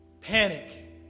panic